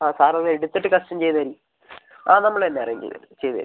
ആ സാർ അത് എടുത്തിട്ട് കസ്റ്റം ചെയ്തേര് ആ നമ്മളന്നെ അറേഞ്ച് ചെയ്തേരും ചെയ്തേരും